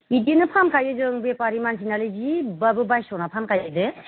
बिदिनो फानखायो जों बेफारि मानसि नालाय जिबाबो बायस'नानै फानखायो दे